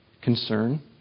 concern